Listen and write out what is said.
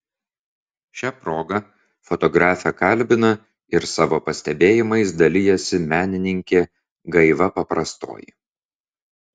šia proga fotografę kalbina ir savo pastebėjimais dalijasi menininkė gaiva paprastoji